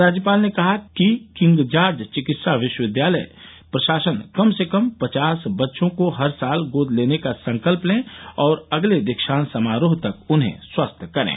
राज्यपाल ने कहा कि किंग जार्ज चिकित्सा विश्वविद्यालय प्रशासन कम से कम पचास बच्चों को हर साल गोद लेने का संकल्प लें और अगले दीक्षान्त समारोह तक उन्हें स्वस्थ करें